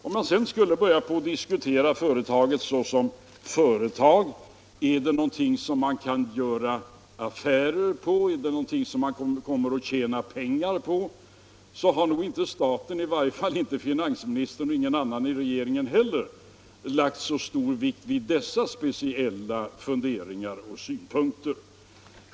Om man sedan skulle diskutera företaget såsom företag och fråga sig om affären är någonting som man kan tjäna pengar på, så har inte staten —- inte finansministern och ingen annan i regeringen heller — lagt så stor vikt vid dessa speciella funderingar.